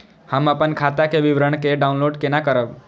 हम अपन खाता के विवरण के डाउनलोड केना करब?